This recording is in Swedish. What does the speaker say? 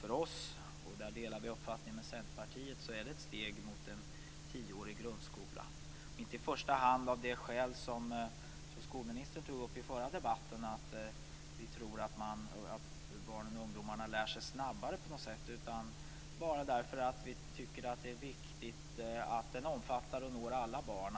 För oss, och där delar vi uppfattning med Centerpartiet, är det ett steg mot en tioårig grundskola. Det vill vi ha inte i första hand av det skäl som skolministern tog upp i förra debatten, nämligen att vi tror att barnen och ungdomarna lär sig snabbare på något sätt, utan för att vi tycker att det är viktigt att den omfattar och når alla barn.